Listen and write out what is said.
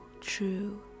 true